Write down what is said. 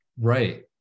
Right